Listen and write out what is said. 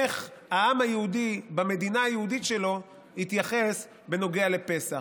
איך העם היהודי במדינה היהודית שלו יתייחס לפסח.